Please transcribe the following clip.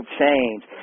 change